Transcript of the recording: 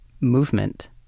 movement